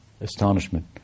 astonishment